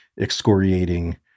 excoriating